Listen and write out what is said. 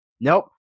nope